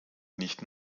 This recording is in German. nicht